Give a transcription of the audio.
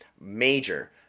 major